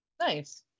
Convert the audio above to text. Nice